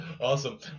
Awesome